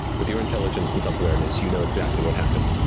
with your intelligence and self-awareness, you know exactly what happened.